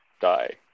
die